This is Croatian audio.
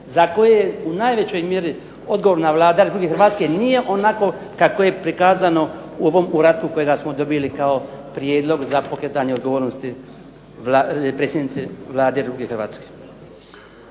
za koje je u najvećoj mjeri odgovorna Vlada Republike Hrvatske nije onako kako je prikazano u ovom uratku kojega smo dobili kao prijedlog za pokretanje odgovornosti predsjednici Vlade Republike Hrvatske.